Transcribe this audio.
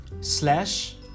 slash